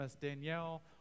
Danielle